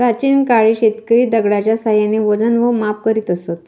प्राचीन काळी शेतकरी दगडाच्या साहाय्याने वजन व माप करीत असत